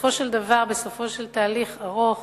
ובסופו של דבר, בסופו של תהליך ארוך